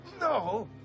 no